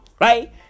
right